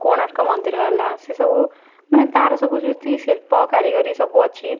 କୋଣାର୍କ ମନ୍ଦିର ହେଲା ସେ ସବୁ ମାନେ ତାର ସବୁ ଯେତିକ ଶିଳ୍ପ କାରିଗରୀ ସବୁ ଅଛି